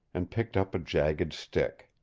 and picked up a jagged stick.